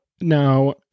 Now